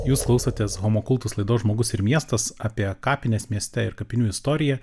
jūs klausotės homo kultus laidos žmogus ir miestas apie kapines mieste ir kapinių istoriją